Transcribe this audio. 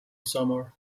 summer